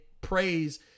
praise